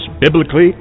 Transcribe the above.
biblically